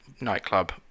nightclub